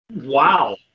Wow